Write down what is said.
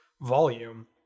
volume